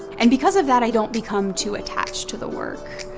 and because of that, i don't become too attached to the work.